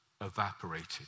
evaporated